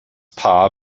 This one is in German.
paar